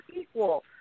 equal